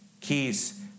keys